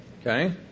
okay